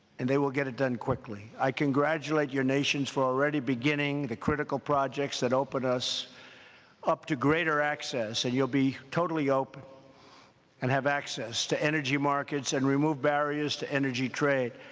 and they will get it done quickly. i congratulate your nations for already beginning the critical projects that open us up to greater access, and you'll be totally open and have access to energy markets and remove barriers to energy trade,